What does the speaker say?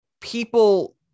people